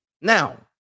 Now